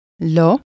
Lo